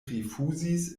rifuzis